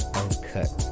uncut